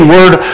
Word